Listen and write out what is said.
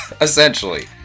essentially